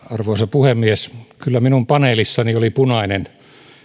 arvoisa puhemies kyllä minun paneelissani oli punainen